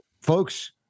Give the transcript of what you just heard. folks